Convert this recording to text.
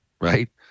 right